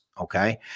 okay